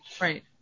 right